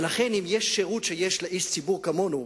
ולכן אם יש שירות לאיש ציבור כמונו,